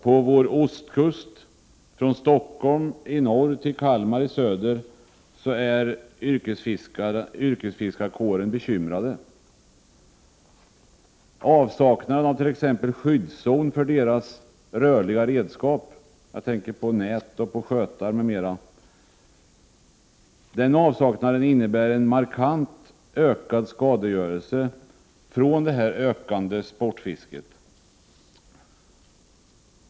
På vår ostkust, från Stockholm i norr till Kalmar i söder, är yrkesfiskarna bekymrade. Avsaknaden av t.ex. skyddszon för deras rörliga redskap — nät, skötar m.m. — innebär en i markant utsträckning ökad skadegörelse från det ökande sportfisket.